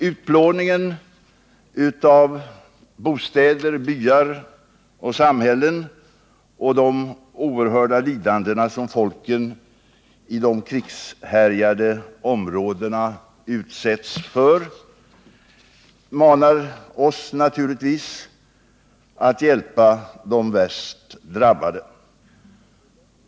Utplå ningen av bostäder, byar och samhällen och de oerhörda lidanden som folken i de krigshärjade områdena utsätts för manar oss naturligtvis att hjälpa de värst drabbade.